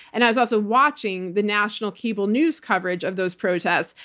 and i was also watching the national cable news coverage of those protests.